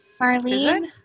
Marlene